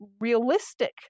realistic